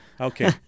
Okay